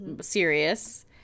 serious